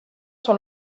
sont